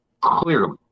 clearly